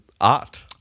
art